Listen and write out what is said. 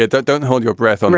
that that don't hold your breath um